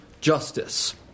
justice